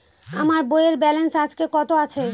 আমার বইয়ের ব্যালেন্স আজকে কত আছে?